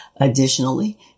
Additionally